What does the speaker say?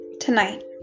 tonight